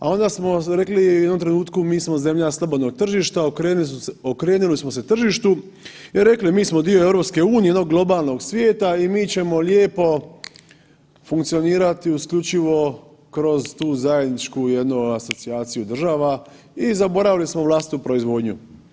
A onda smo rekli u jednom trenutku mi smo zemlja slobodnog tržišta, okrenuli smo se tržištu i rekli mi smo dio EU, jednog globalnog svijeta i mi ćemo lijepo funkcionirati isključivo kroz tu zajedničku jednu asocijaciju država i zaboravili smo vlastitu proizvodnju.